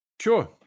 Sure